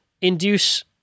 induce